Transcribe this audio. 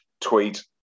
tweet